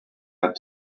out